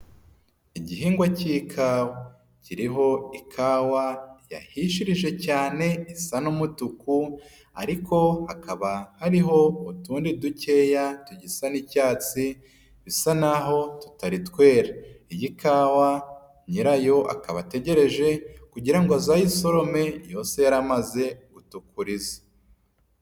Igihingwa cy'ikawa kiriho ikawa yahishirije cyane isa n'umutuku ariko hakaba hariho utundi dukeya tugisa n'icyatsi bisa naho tutari twera. Iyi kawa nyirayo akaba ategereje kugira ngo azayisorome yose yaramaze gutukuriza.